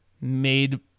made